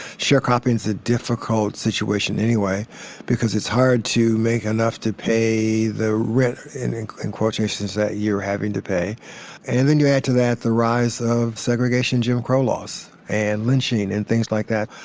sharecropping is a difficult situation anyway because it's hard to make enough to pay the rent. and in quotations that you're having to pay and then you add to that the rise of segregation, jim crow laws and lynching and things like that.